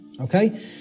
okay